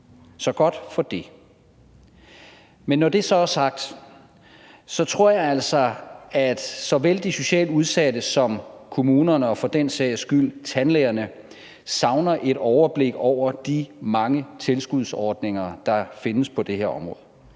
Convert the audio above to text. Så godt for det. Men når det så er sagt, tror jeg altså, at såvel de socialt udsatte som kommunerne og for den sags skyld tandlægerne savner et overblik over de mange tilskudsordninger, der findes på det her område.